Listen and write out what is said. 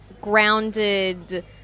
grounded